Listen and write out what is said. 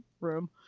room